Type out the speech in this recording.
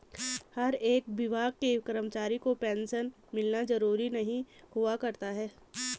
हर एक विभाग के कर्मचारी को पेन्शन मिलना जरूरी नहीं हुआ करता है